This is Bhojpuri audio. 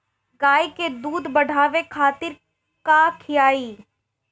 गाय के दूध बढ़ावे खातिर का खियायिं?